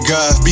God